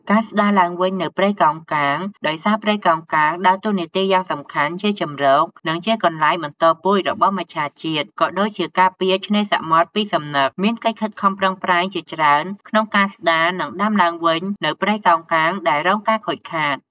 ការស្ដារឡើងវិញនូវព្រៃកោងកាង ដោយសារព្រៃកោងកាងដើរតួនាទីយ៉ាងសំខាន់ជាជម្រក និងជាទីកន្លែងបន្តពូជរបស់មច្ឆាជាតិ ក៏ដូចជាការពារឆ្នេរសមុទ្រពីសំណឹក មានកិច្ចខិតខំប្រឹងប្រែងជាច្រើនក្នុងការស្ដារ និងដាំឡើងវិញនូវព្រៃកោងកាងដែលរងការខូចខាត។